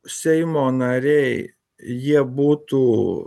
seimo nariai jie būtų